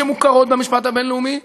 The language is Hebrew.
שמוכרות במשפט הבין-לאומי.